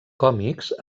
còmics